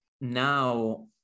now